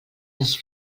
les